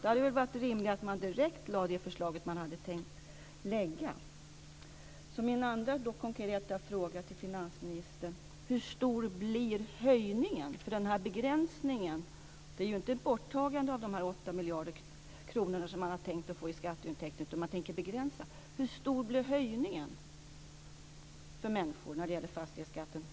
Det hade varit rimligare att man direkt lade fram det förslag som man hade tänkt lägga fram. Min andra konkreta fråga till finansministern blir därför: Hur stor blir höjningen? Begränsningen innebär ju inte ett borttagande av de 8 miljarder kronor som man hade tänkt få in i skatteintäkt, utan det är fråga om just en begränsning. Hur stor blir alltså höjningen för människor när det gäller fastighetsskatten?